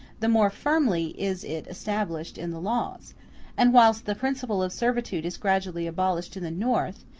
the more firmly is it established in the laws and whilst the principle of servitude is gradually abolished in the north,